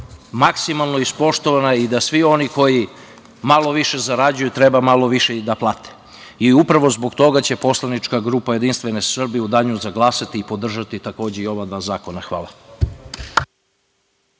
maksimalno ispoštovana i da svi oni koji malo više zarađuju treba malo više i da plate. Upravo zbog toga će Poslanička grupa JS u danu za glasanje i podržati takoše i ova dva zakona. Hvala.